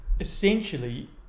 Essentially